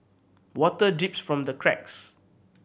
water drips from the cracks